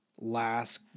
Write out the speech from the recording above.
last